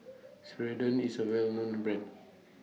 Ceradan IS A Well known Brand